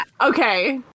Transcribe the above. Okay